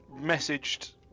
messaged